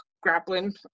grappling